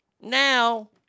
Now